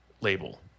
label